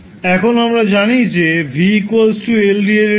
এখন আমরা জানি যে vL didt